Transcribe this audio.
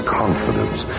confidence